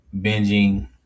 binging